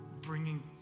bringing